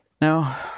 now